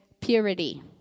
purity